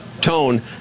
tone